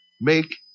Make